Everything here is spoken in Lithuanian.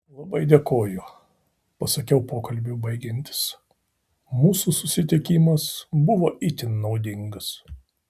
labai dėkoju pasakiau pokalbiui baigiantis mūsų susitikimas buvo itin naudingas